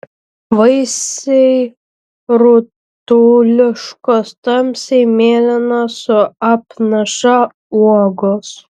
vaisiai rutuliškos tamsiai mėlynos su apnaša uogos